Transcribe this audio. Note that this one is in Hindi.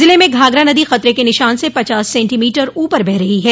जिले में घाघरा नदी खतरे के निशान से पचास सेंटीमीटर ऊपर बह रही है